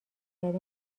گری